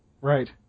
Right